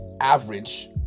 average